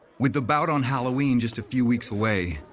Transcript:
with the bout on halloween, just a few weeks away,